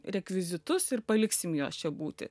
rekvizitus ir paliksim juos čia būti